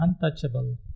untouchable